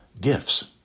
gifts